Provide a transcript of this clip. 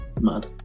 Mad